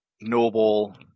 noble